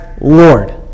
Lord